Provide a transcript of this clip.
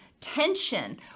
tension